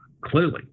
clearly